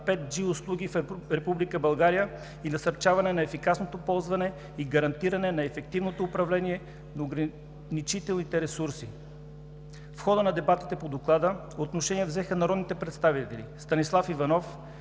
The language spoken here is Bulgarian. на 5G услуги в Република България и насърчаване на ефикасното ползване и гарантиране на ефективното управление на ограничените ресурси. В хода на дебатите по Доклада отношение взеха народите представители Станислав Иванов,